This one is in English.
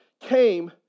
came